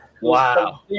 Wow